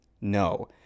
No